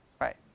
Right